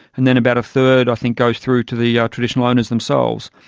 and then about a third i think goes through to the yeah traditional owners themselves.